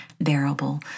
bearable